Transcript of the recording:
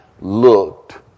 looked